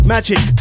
Magic